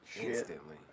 Instantly